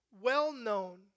well-known